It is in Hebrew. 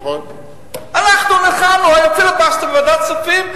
אנחנו נלחמנו, היה פיליבסטר בוועדת כספים.